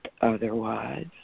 otherwise